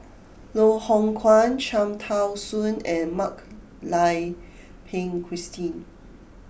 Loh Hoong Kwan Cham Tao Soon and Mak Lai Peng Christine